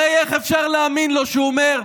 הרי איך אפשר להאמין לו כשהוא אומר: